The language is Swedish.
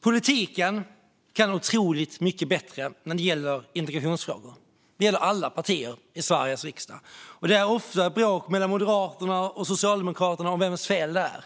Politiken kan otroligt mycket bättre när det gäller integrationsfrågor. Detta gäller alla partier i Sveriges riksdag. Det är ofta bråk mellan Moderaterna och Socialdemokraterna om vems fel det är.